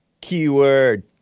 Keyword